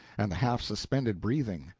and the half-suspended breathing.